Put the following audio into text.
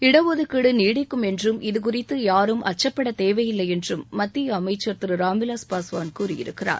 இடஒதுக்கீடு நீடிக்கும் என்றும் இதுகுறித்து யாரும் அச்சுப்பட தேவையில்லை என்றும் மத்திய அமைச்சள் திரு ராம்விலாஸ் பாஸ்வான் கூறியிருக்கிறார்